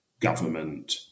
government